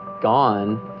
gone